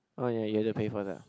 oh ya you have to pay for that